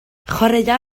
chwaraea